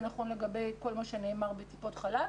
זה נכון לגבי כל מה שנאמר לגבי טיפות חלב.